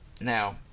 Now